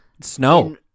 Snow